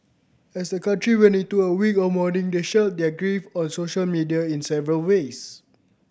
as the country went into a week of mourning they shared their grief on social media in several ways